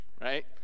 right